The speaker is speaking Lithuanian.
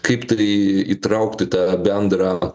kaip tai įtraukt į tą bendrą